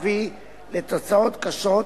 עלולה להביא לתוצאות קשות,